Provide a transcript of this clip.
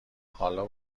حالا